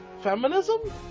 feminism